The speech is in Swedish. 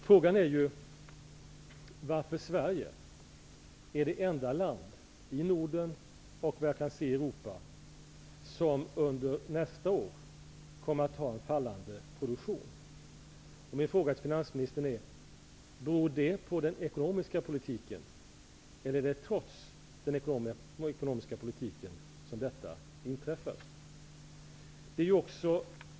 Frågan är varför Sverige är det enda land i Norden och, såvitt jag kan se, i Europa som under nästa år kommer att ha en fallande produktion. Min fråga till finansministern är: Beror det på den ekonomiska politiken, eller är det trots den ekonomiska politiken som detta inträffar?